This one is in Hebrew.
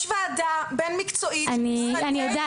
יש ועדה בין-מקצועית --- רגע,